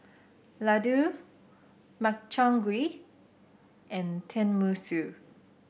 Ladoo Makchang Gui and Tenmusu